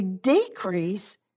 decrease